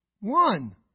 One